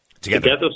together